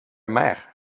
mer